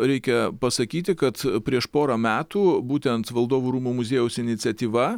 reikia pasakyti kad prieš porą metų būtent valdovų rūmų muziejaus iniciatyva